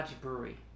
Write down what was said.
Brewery